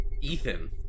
Ethan